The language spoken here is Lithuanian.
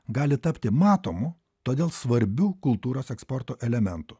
gali tapti matomu todėl svarbiu kultūros eksporto elementu